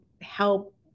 help